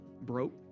broke